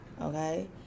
Okay